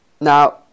Now